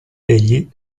egli